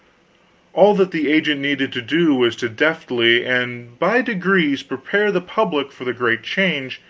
all that the agent needed to do was to deftly and by degrees prepare the public for the great change,